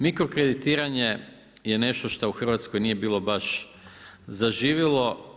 Mikrokreditiranje je nešto što u Hrvatskoj nije bilo baš zaživilo.